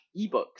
ebooks